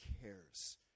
cares